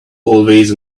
always